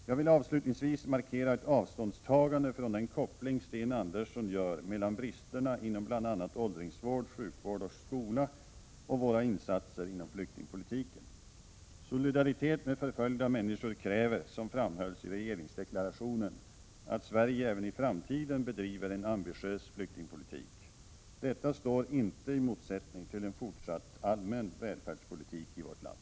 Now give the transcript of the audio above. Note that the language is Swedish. Jag vill avslutningsvis markera ett avståndstagande från den koppling Sten Andersson gör mellan bristerna inom bl.a. åldringsvård, sjukvård och skola och våra insatser inom flyktingpolitiken. Solidaritet med förföljda människor kräver, som framhölls i regeringsdeklarationen, att Sverige även i framtiden bedriver en ambitiös flyktingpolitik. Detta står inte i motsättning till en fortsatt allmän välfärdspolitik i vårt land.